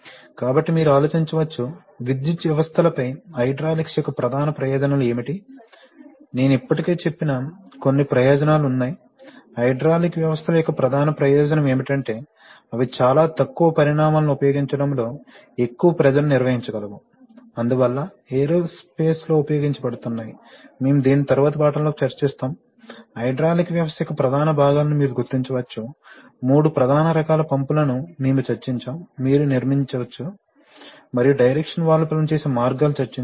కాబట్టి మీరు ఆలోచించవచ్చు విద్యుత్ వ్యవస్థలపై హైడ్రాలిక్స్ యొక్క ప్రధాన ప్రయోజనాలు ఏమిటి నేను ఇప్పటికే చెప్పిన కొన్ని ప్రయోజనాలు ఉన్నాయి హైడ్రాలిక్ వ్యవస్థల యొక్క ప్రధాన ప్రయోజనం ఏమిటంటే అవి చాలా తక్కువ పరిమాణాలను ఉపయోగించడంలో ఎక్కువ పవర్ ని నిర్వహించగలవు అందువల్ల ఏరోస్పేస్లో ఉపయోగించబడుతున్నాయి మేము దీనిని తరువాతి పాఠంలో చర్చిస్తాము హైడ్రాలిక్ వ్యవస్థ యొక్క ప్రధాన భాగాలను మీరు గుర్తించవచ్చు మూడు ప్రధాన రకాల పంపులను మేము చర్చించాము మీరు నిర్మించవచ్చు మరియు డైరెక్షనల్ వాల్వ్స్ పనిచేసే మార్గాలు చర్చించాము